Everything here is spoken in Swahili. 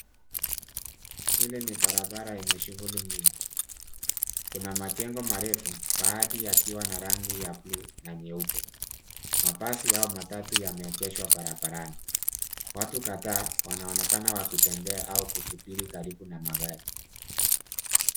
Hili ni barabara yenye shughuli nyingi. Kuna majengo marefu, baadhi yakiwa na rangi ya blue na nyeupe . Mabasi au matatu yameegeshwa barabarani. Watu kadhaa wanaonekana wakitembea au kusubiri karibu na magari.